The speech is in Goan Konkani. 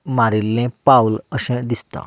मारिल्लें पावल अशें दिसता